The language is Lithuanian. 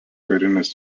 karinės